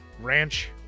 Ranch